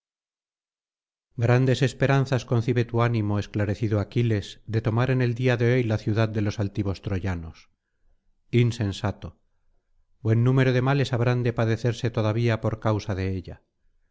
grandes esperanzas concibe tu ánimo esclarecido aquiles de tomar en el día de hoy la ciudad de los altivos troyanos insensato buen número de males habrán de padecerse todavía por causa de ella